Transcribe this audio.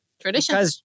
Tradition